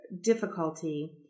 difficulty